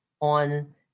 on